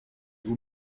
vous